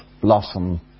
blossom